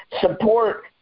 support